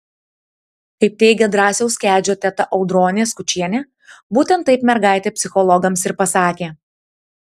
kaip teigia drąsiaus kedžio teta audronė skučienė būtent taip mergaitė psichologams ir pasakė